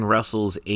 Russell's